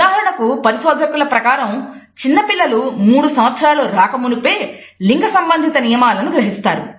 ఉదాహరణకు పరిశోధకుల ప్రకారం చిన్న పిల్లలు మూడు సంవత్సరాలు రాక మునుపే లింగ సంబంధిత నియమాలను గ్రహిస్తారు